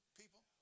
people